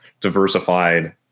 diversified